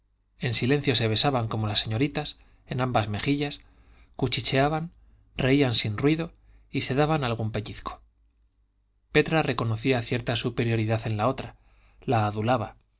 en silencio se besaban como las señoritas en ambas mejillas cuchicheaban reían sin ruido y se daban algún pellizco petra reconocía cierta superioridad en la otra la adulaba